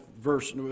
verse